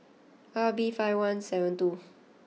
R B five one seven two